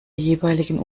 jeweiligen